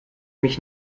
mich